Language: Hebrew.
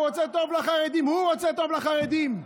הוא רוצה טוב לחרדים.